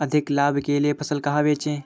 अधिक लाभ के लिए फसल कहाँ बेचें?